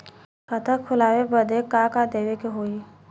खाता खोलावे बदी का का देवे के होइ?